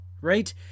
right